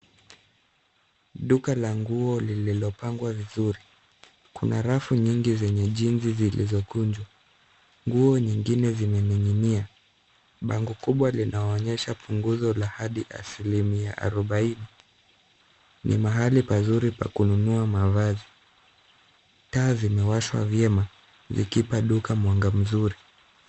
Duka la nguo lililopangwa vizuri, kuna rafu nyingi zenye jinsi zilizo kunjwa. Nguo nyingine zilizoningi'nia. Bango kubwa linaonyesha punguzo la hadi asilimia arubaini. Ni mahali pazuri pa kununua mavasi. Taa zimewashwa vyema vikipa duka mwanga mzuri.